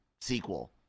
sequel